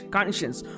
Conscience